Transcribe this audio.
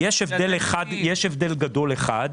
יש הבדל גדול אחד,